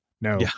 no